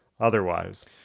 otherwise